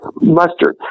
Mustard